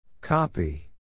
Copy